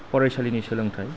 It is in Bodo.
फरायसालिनि सोलोंथाय